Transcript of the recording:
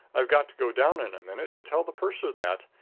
i've got to go down in a minute and tell the purser that.